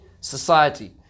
society